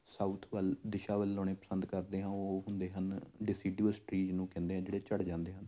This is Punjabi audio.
ਸਾਊਥ ਵੱਲ ਦਿਸ਼ਾ ਵੱਲ ਲਾਉਣੇ ਪਸੰਦ ਕਰਦੇ ਹਾਂ ਉਹ ਹੁੰਦੇ ਹਨ ਡਿਸਊਡਸਟੀ ਜਿਹਨੂੰ ਕਹਿੰਦੇ ਜਿਹੜੇ ਝੜ ਜਾਂਦੇ ਹਨ